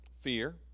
Fear